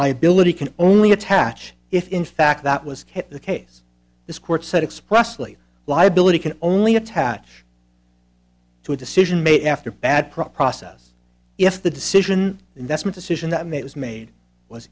liability can only attach if in fact that was the case this court said expressly liability can only attach to a decision made after bad process if the decision investment decision that was made was